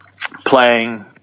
playing